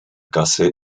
gasse